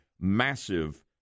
massive